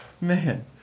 Man